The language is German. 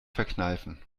verkneifen